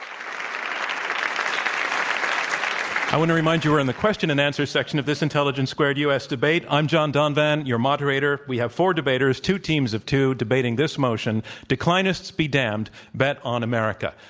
i want to remind you we're in the question and answer section of this intelligence squared u. s. debate. i'm john donvan, your moderator. we have four debaters, two teams of two debating this motion declinists be damned bet on america.